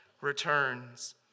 returns